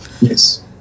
Yes